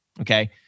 Okay